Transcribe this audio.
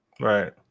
Right